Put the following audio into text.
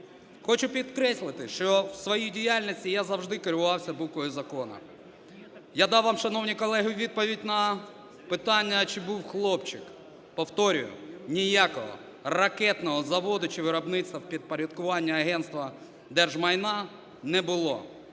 Хочу підкреслити, що в своїй діяльності я завжди керувався буквою закону. Я дав вам, шановні колеги, відповідь на питання: чи був хлопчик. Повторюю, ніякого ракетного заводу чи виробництва в підпорядкуванні Агентства держмайна не було.